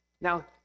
Now